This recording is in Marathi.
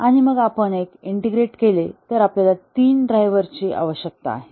आणि मग आपण आणखी एक इंटिग्रेट केले तर आपल्याला तीन ड्रायव्हर्सची आवश्यकता आहे